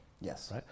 Yes